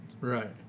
Right